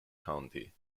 county